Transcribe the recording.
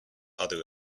other